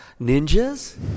ninjas